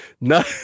No